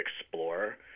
explore